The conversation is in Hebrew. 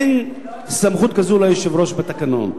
אין סמכות כזאת ליושב-ראש בתקנון,